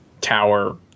tower